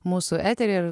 mūsų etery ir